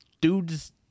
dudes